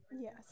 Yes